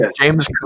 James